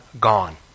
Gone